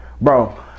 Bro